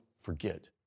forget